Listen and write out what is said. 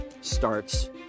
starts